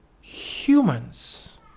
humans